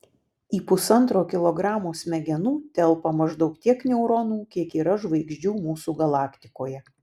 į pusantro kilogramo smegenų telpa maždaug tiek neuronų kiek yra žvaigždžių mūsų galaktikoje